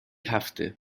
هفته